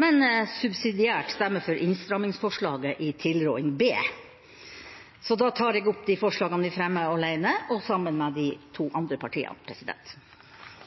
men subsidiært stemme for innstrammingsforslaget, komiteens tilråding til B. Da tar jeg opp de forslagene vi fremmer alene og sammen med de to